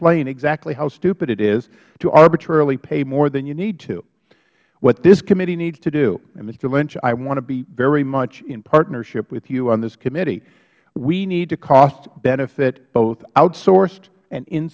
explain exactly how stupid it is to arbitrarily pay more than you need to what this committee needs to do and mister lynch i want to be very much in partnership with you on this committee we need to costbenefit both outsourced and